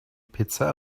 pizza